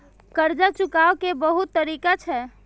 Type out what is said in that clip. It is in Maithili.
कर्जा चुकाव के बहुत तरीका छै?